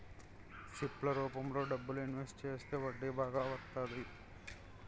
SIP ల రూపంలో డబ్బులు ఇన్వెస్ట్ చేస్తే వడ్డీ బాగా వత్తంది